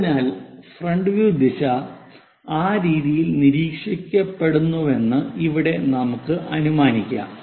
അതിനാൽ front view ദിശ ആ രീതിയിൽ നിരീക്ഷിക്കപ്പെടുന്നുവെന്ന് ഇവിടെ നമുക്ക് അനുമാനിക്കാം